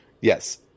Yes